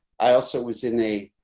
i also was in a